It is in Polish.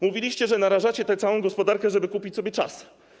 Mówiliście, że narażacie całą gospodarkę, żeby kupić sobie czas.